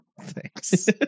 Thanks